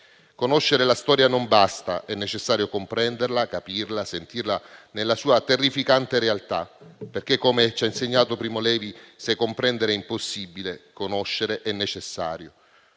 Conoscere la storia non basta. È necessario comprenderla, capirla e sentirla nella sua terrificante realtà perché - come ci ha insegnato Primo Levi - se comprendere è impossibile, conoscere è necessario.